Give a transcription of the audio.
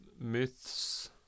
myths